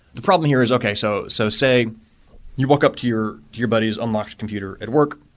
the problem here is, okay, so so say you walk up to your your buddies, unlocked a computer at work.